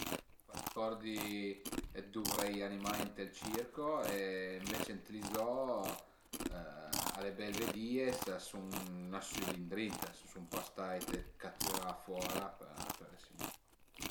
Sun pa d'acordi dë duvré i animai ënt ël circo e ënvece ënt i zoo al e bel vedìe s'a sun nasü li ëndrinta, s'a sun pa stait catürà fora për esi li